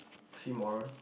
oxymoron